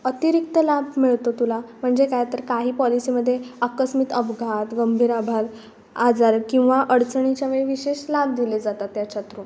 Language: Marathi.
अतिरिक्त लाभ मिळतो तुला म्हणजे काय तर काही पॉलिसीमध्ये आकस्मिक अपघात गंभीर अपघात आजार किंवा अडचणीच्या वेळी विशेष लाभ दिले जातात याच्या थ्रू